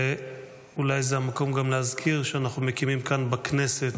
אולי זה המקום גם להזכיר שאנחנו מקימים כאן בכנסת,